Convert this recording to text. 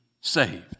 saved